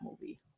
movie